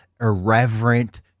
irreverent